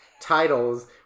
titles